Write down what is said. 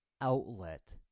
outlet